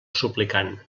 suplicant